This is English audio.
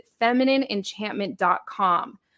feminineenchantment.com